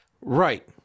Right